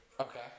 Okay